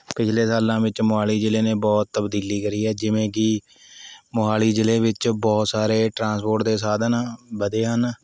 ਪਿਛਲੇ ਸਾਲਾਂ ਵਿੱਚ ਮੋਹਾਲੀ ਜ਼ਿਲ੍ਹੇ ਨੇ ਬਹੁਤ ਤਬਦੀਲੀ ਕਰੀ ਹੈ ਜਿਵੇਂ ਕਿ ਮੋਹਾਲੀ ਜ਼ਿਲ੍ਹੇ ਵਿੱਚ ਬਹੁਤ ਸਾਰੇ ਟਰਾਂਸਪੋਰਟ ਦੇ ਸਾਧਨ ਵਧੇ ਹਨ